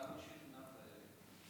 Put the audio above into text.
כבוד היושבת-ראש, כבוד